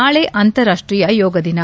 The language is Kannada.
ನಾಳೆ ಅಂತಾರಾಷ್ಷೀಯ ಯೋಗದಿನ